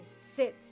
sits